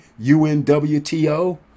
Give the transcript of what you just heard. unwto